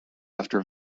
after